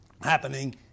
happening